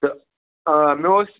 تہٕ آ مےٚ اوس